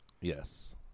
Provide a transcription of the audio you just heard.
yes